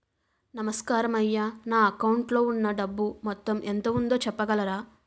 నమస్కారం అయ్యా నా అకౌంట్ లో ఉన్నా డబ్బు మొత్తం ఎంత ఉందో చెప్పగలరా?